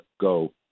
go